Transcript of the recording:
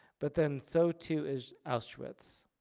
but then so to is auschwitz.